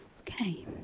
okay